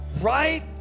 right